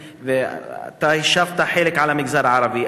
ואתה השבת חלקית על המגזר הערבי.